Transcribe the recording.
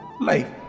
life